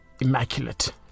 Immaculate